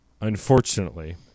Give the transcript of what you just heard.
Unfortunately